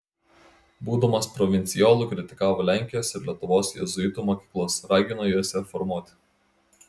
būdamas provincijolu kritikavo lenkijos ir lietuvos jėzuitų mokyklas ragino jas reformuoti